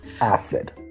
Acid